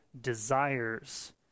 desires